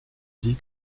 dit